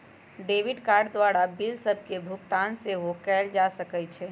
debit card द्वारा bill सभके भुगतान सेहो कएल जा सकइ छै